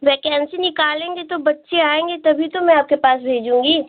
vacancy निकालेंगे तो बच्चे आएँगे तभी तो मैं आपके पास भेजूँगी